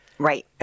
Right